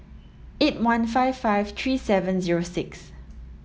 eight one five five three seven zero six